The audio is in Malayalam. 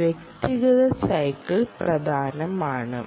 വ്യക്തിഗത സൈക്കിൾ പ്രധാനമാണ്